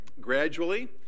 gradually